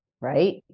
right